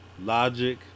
logic